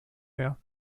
her